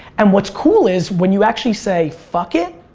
and what's cool is when you actually say fuck it,